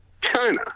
China